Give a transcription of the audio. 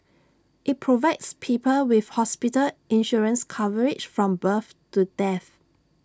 IT provides people with hospital insurance coverage from birth to death